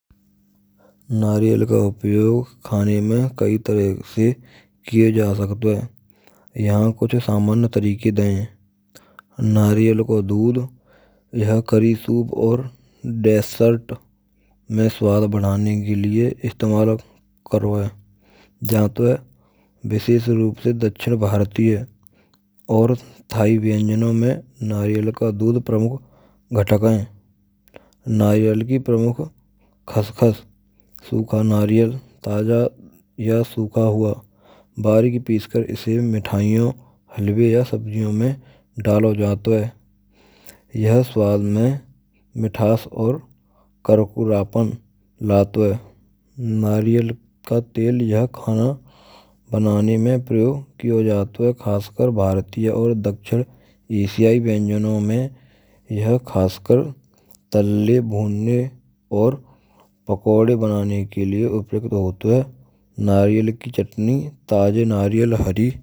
Nariyal ka upyog khnai main kai tarah sai kiyo ja sakta hai. Yahan kuchu samany tarikai daye hay. Nariyal ko doodh yaah kaaree soop aur desart mein svaad badhaane ke lie istamaal karo jato hay. Vishesh roop se dakshin bhaarateey aur thaee vyanjanon mein nariyal ko doodh pramukh ghatak hai. Nariyal ki pramukh khaskhas: sukha nariyal, taaja nariyal, bareek piskar isee mithaiyo ya sabji ya halwo mai dala jato hay. Yhah swad mai mithas aur karkurapan lato hay. Nariyal ka tel khana bnane mai prayog kiyo jaato hay. Khashkar bhartiyo aur dakshin esiyayi vyenjno mai yhah khash kar talne bhunne aur pakode bnane ke liye uparyuky hoat hay. Nariyal ki chatni taaje nariyal ki hoat hay.